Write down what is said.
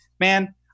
Man